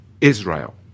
Israel